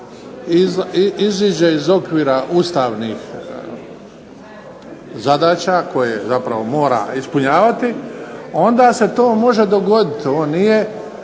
iziđe iz okvira ustavnih zadaća koje zapravo mora ispunjavati, onda se to može dogoditi. On nije